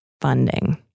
funding